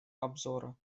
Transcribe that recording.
обзора